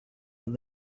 that